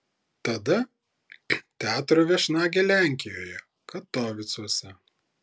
tada teatro viešnagė lenkijoje katovicuose